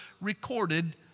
recorded